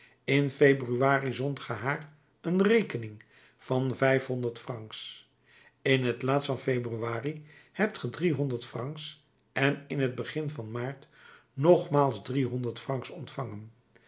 in februari zondt ge haar een rekening van vijf-honderd francs in het laatst van februari hebt ge driehonderd francs en in t begin van maart nogmaals driehonderd francs ontvangen